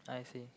I see